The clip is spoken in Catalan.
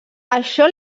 això